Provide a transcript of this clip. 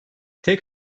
tek